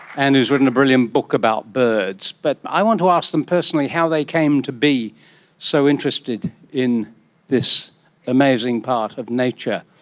and who has written a brilliant book about birds. what but i want to ask them personally how they came to be so interested in this amazing part of nature.